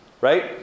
right